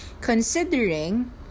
considering